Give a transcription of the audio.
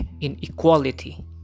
inequality